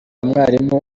mwarimu